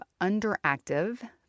underactive